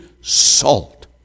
salt